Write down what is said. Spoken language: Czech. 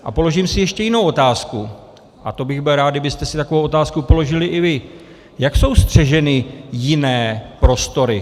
A položím si ještě jinou otázku a byl bych rád, kdybyste si takovou otázku položili i vy: Jak jsou střeženy jiné prostory?